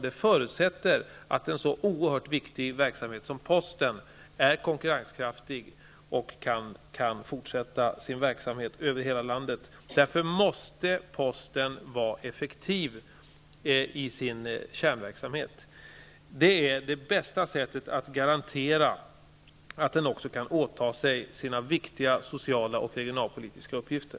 Det förutsätter att en så oerhört viktig verksamhet som posten är konkurrenskraftig och kan fortsätta sin verksamhet över hela landet. Därför måste posten vara effektiv i sin kärnverksamhet. Det är det bästa sättet att garantera att den också kan åta sig sina viktiga sociala och regionalpolitiska uppgifter.